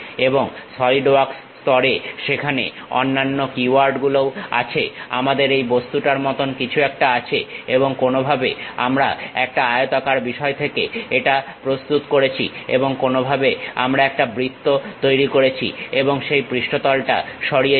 এবং SolidWorks স্তরে সেখানে অন্যান্য কীওয়ার্ড গুলোও আছে আমাদের এই বস্তুটার মতন কিছু একটা আছে এবং কোনোভাবে আমরা একটা আয়তাকার বিষয় থেকে এটা প্রস্তুত করেছি এবং কোনোভাবে আমরা একটা বৃত্ত তৈরি করেছি এবং সেই পৃষ্ঠতলটা সরিয়েছি